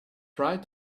right